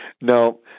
No